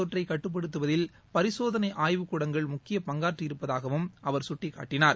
தொற்றைக் கட்டுப்படுத்துவதில் பரிசோதனை கோவிட் முக்கிய பங்காற்றியிருப்பதாகவும் அவர் கட்டிக்காட்டினார்